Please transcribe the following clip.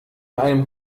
einem